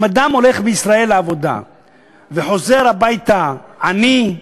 אם אדם הולך בישראל לעבודה וחוזר הביתה עני,